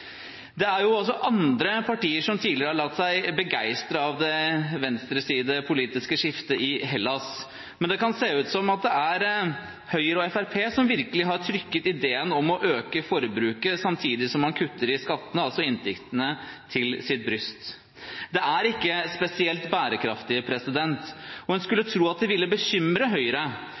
Det er også andre partier som tidligere har latt seg begeistre av det venstresidepolitiske skiftet i Hellas, men det kan se ut som om det er Høyre og Fremskrittspartiet som virkelig har trykket ideen om å øke forbruket samtidig som man kutter i skattene, altså i inntektene, til sitt bryst. Det er ikke spesielt bærekraftig, og en skulle tro at det ville bekymre Høyre,